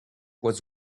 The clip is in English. was